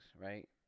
Right